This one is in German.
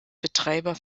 betreiber